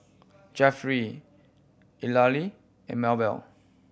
Jeffery Eulalie and Maebell